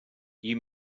you